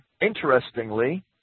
interestingly